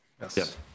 Yes